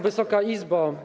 Wysoka Izbo!